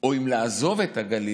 או אם לעזוב את הגליל,